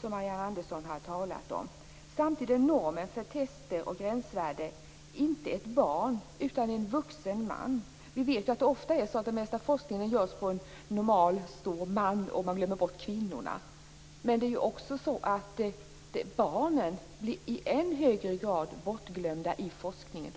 som Marianne Andersson har talat om. Samtidigt är normen för tester och gränsvärden inte ett barn utan en vuxen man. Vi vet att det ofta är så att det mesta av forskningen utförs på en normal, stor man. Man glömmer bort kvinnorna. Men det är också så att barnen i än högre grad blir bortglömda i forskningen.